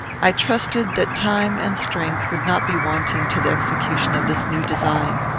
i trusted that time and strength would not be wanting to the execution of this new design.